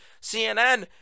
CNN